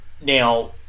Now